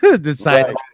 decided